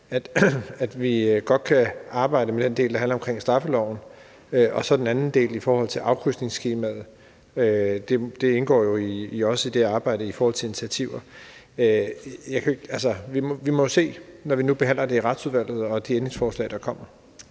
at vi godt kan arbejde med den del, der handler om straffeloven, og hvad angår den anden del vedrørende afkrydsningsskemaet, så indgår det jo også i det arbejde, hvor der bliver set på initiativer. Vi må se, når vi nu behandler det i Retsudvalget og får set på de ændringsforslag, der kommer.